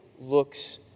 looks